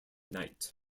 night